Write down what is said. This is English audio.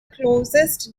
closest